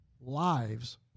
lives